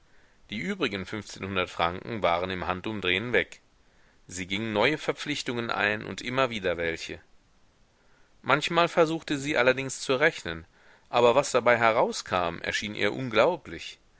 die übrigen fünfzehnhundert franken waren im handumdrehen weg sie ging neue verpflichtungen ein und immer wieder welche manchmal versuchte sie allerdings zu rechnen aber was dabei herauskam erschien ihr unglaublich